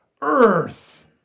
earth